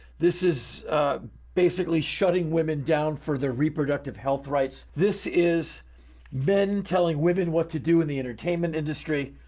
this is basically shutting women down for their reproductive health rights. this is men telling women what to do in the entertainment industry.